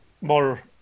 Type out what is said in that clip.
more